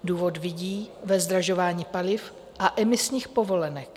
Důvod vidí ve zdražování paliv a emisních povolenek.